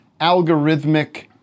algorithmic